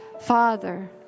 Father